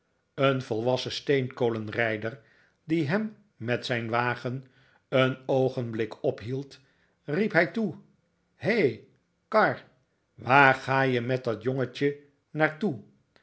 een volwassen steenkolenrijder die hem met zijn wagen een oogenblik ophield fiep hij toe he kar waar ga je met dat jongetje naar